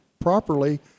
properly